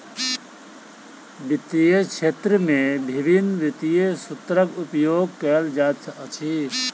वित्तीय क्षेत्र में विभिन्न वित्तीय सूत्रक उपयोग कयल जाइत अछि